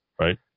right